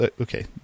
okay